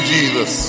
Jesus